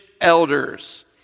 elders